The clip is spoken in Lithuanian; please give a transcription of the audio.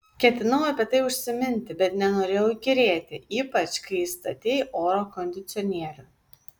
ketinau apie tai užsiminti bet nenorėjau įkyrėti ypač kai įstatei oro kondicionierių